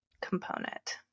component